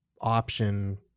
option